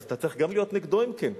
אז אתה צריך גם להיות נגדו אם כן.